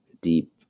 deep